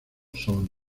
son